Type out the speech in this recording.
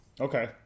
Okay